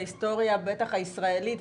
ההיסטוריה בטח הישראלית,